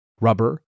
rubber